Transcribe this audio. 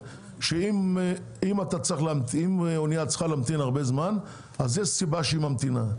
אם אנייה צריכה להמתין הרבה זמן יש סיבה שהיא ממתינה,